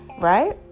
right